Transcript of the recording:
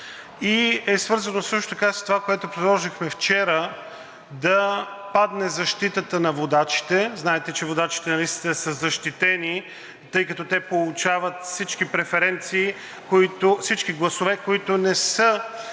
е също така с това, което предложихме вчера – да падне защитата на водачите. Знаете, че водачите на листите са защитени, тъй като те получават всички гласове, които не са